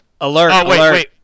alert